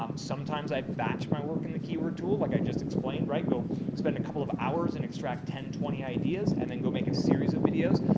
um sometimes i batch my work in the keyword tool. like i just explained, right. go spend a couple of hours and extract ten twenty ideas, and then go make a series of videos.